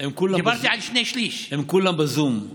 הם כולם בזום.